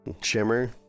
Shimmer